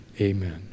Amen